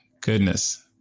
Goodness